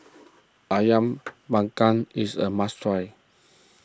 Ayam Panggang is a must try